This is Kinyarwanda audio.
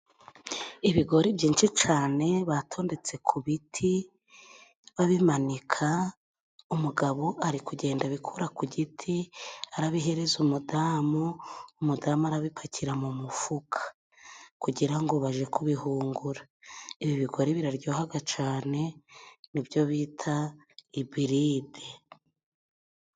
Ibigori byinshi cyane batondetse ku biti babimanika; umugabo ari kugenda abikura ku giti arabihereza umudamu; umudamu arabipakira mu mufuka kugira ngo baje kubihungura; ibi bigori biraryoha cyane nibyo bita iburide.